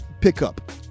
pickup